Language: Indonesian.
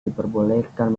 diperbolehkan